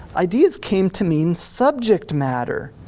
ideas came to mean subject matter.